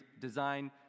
Design